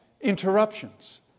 interruptions